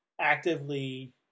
actively